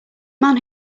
man